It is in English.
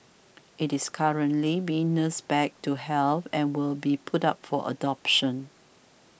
it is currently being nursed back to health and will be put up for adoption